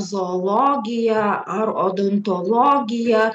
zoologija ar odontologiją